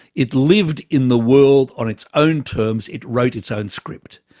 it lived in the world on its own terms. it wrote its own script.